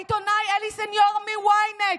העיתונאי אלי סניור מ-ynet,